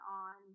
on